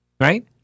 right